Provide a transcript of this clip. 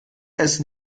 essen